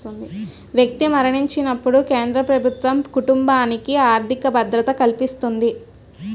వ్యక్తి మరణించినప్పుడు కేంద్ర ప్రభుత్వం కుటుంబానికి ఆర్థిక భద్రత కల్పిస్తుంది